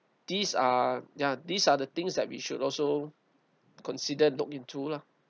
these are ya these are the things that we should also consider look into lah